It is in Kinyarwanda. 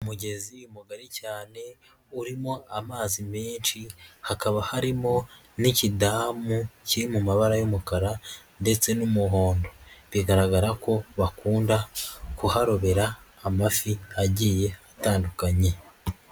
Umugezi mugari cyane urimo amazi menshi, hakaba harimo n'ikidamu kiri mu mabara y'umukara ndetse n'umuhondo, bigaragara ko bakunda kuharobera amafi agiye atandukanye.